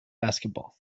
basketball